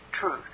truth